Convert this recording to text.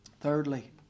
Thirdly